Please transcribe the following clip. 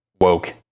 woke